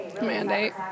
mandate